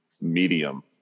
medium